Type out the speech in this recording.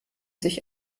sich